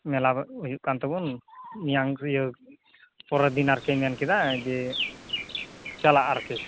ᱢᱮᱞᱟ ᱦᱩᱭᱩᱜ ᱠᱟᱱ ᱛᱟᱵᱚᱱ ᱢᱮᱭᱟᱝ ᱤᱭᱟᱹ ᱯᱚᱨᱮᱨ ᱫᱤᱱ ᱟᱨᱠᱤ ᱢᱮᱱᱠᱮᱫᱟ ᱡᱮ ᱪᱟᱞᱟᱜ ᱟᱨᱠᱤ